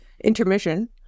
intermission